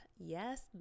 Yes